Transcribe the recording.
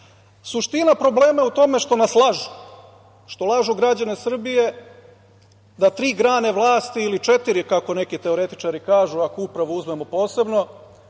vlasti. Suština problema je u tome što nas lažu, što lažu građane Srbije da tri grane vlasti, ili četiri, kako neki teoretičari kažu, ako upravu uzmemo posebno,